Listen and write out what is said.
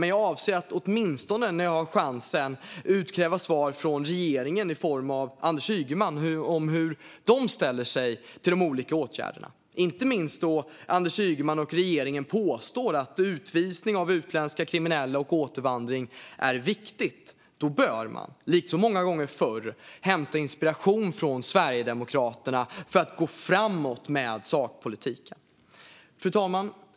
Men jag avser att åtminstone, när jag nu har chansen, utkräva svar från regeringen i form av Anders Ygeman om hur de ställer sig till de olika åtgärderna. Jag vill inte minst göra det då Anders Ygeman och regeringen påstår att utvisning av utländska kriminella och återvandring är viktigt. Då bör man, likt så många gånger förr, hämta inspiration från Sverigedemokraterna för att gå fram med sakpolitiken. Fru talman!